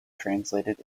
translated